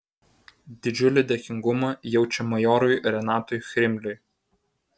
didžiulį dėkingumą jaučia majorui renatui chrimliui